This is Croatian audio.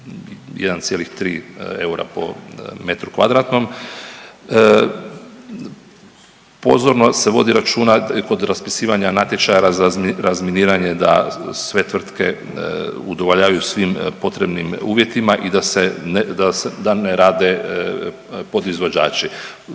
1,3 eura po metru kvadratnom. Pozorno se vodi računa kod raspisivanja natječaja za razminiranje da sve tvrtke udovoljavaju svim potrebnim uvjetima i da ne rade podizvođači.